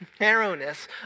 narrowness